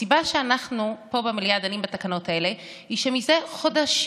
הסיבה שאנחנו פה במליאה דנים בתקנות האלה היא שזה חודשים